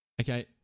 Okay